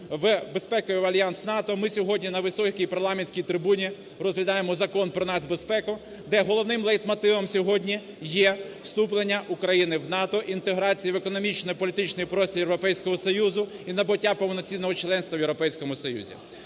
в безпековий альянс НАТО, ми сьогодні на високій парламентській трибуні розглядаємо Закон пронацбезпеку, де головним лейтмотивом сьогодні є вступлення України в НАТО, інтеграція в економічний і політичний простір Європейського Союзу і набуття повноцінного членства в Європейському Союзі.